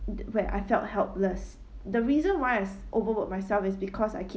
where I felt helpless the reason why I s~ overwork myself is because I keep